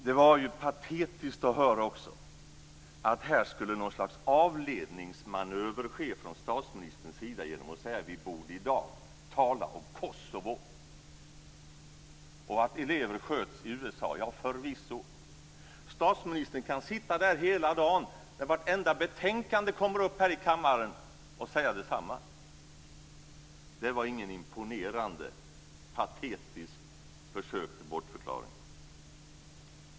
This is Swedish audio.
Det var patetiskt att höra att här skulle ett slags avledningsmanöver ske från statsministerns sida genom att säga att vi i dag borde tala om Kosovo och om att elever skjutits i USA. Ja, förvisso. Statsministern kan sitta där hela dagen när vartenda betänkande kommer upp här i kammaren och säga detsamma. Det var inget imponerande patetiskt försök till bortförklaring.